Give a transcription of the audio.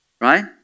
Right